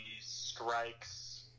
strikes